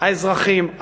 האזרחים,